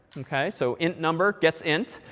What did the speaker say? ok. so int number gets int.